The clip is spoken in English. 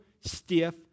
stiff